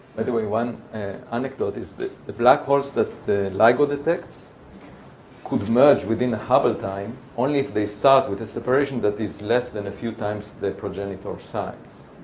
by the way, one anecdote is the the black holes that the ligo detects could merge within a hubble time only if they start with a separation that is less than a few times their progenitor size.